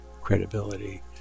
credibility